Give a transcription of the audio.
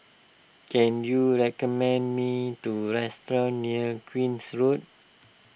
can you recommend me the restaurant near Queen's Road